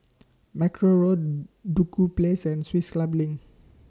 Mackerrow Road Duku Place and Swiss Club LINK